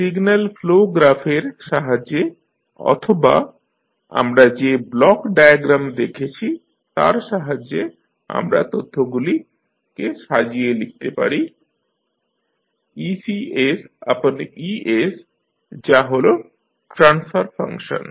signal flow গ্রাফের সাহায্যে অথবা আমরা যে ব্লক ডায়াগ্রাম দেখেছি তার সাহায্যে আমরা তথ্যগুলিকে সাজিয়ে লিখতে পারি EcE যা হল ট্রান্সফার ফাংশন